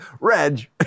Reg